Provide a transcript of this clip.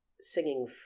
singing